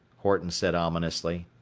horton said ominously,